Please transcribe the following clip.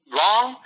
long